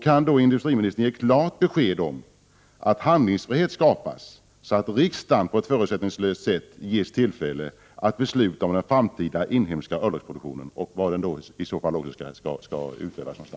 Kan industriministern ge ett klart besked om att handlingsfrihet skapas, så att riksdagen på ett förutsättningslöst sätt ges tillfälle att besluta om den framtida inhemska örlogsproduktionen och var den i så fall skall ligga?